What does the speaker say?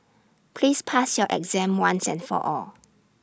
please pass your exam once and for all